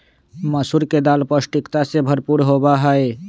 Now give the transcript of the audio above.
मसूर के दाल पौष्टिकता से भरपूर होबा हई